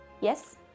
Yes